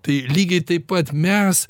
tai lygiai taip pat mes